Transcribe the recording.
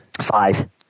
Five